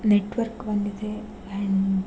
network ಬಂದಿದೆ and